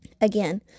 Again